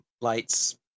lights